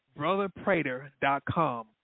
brotherprater.com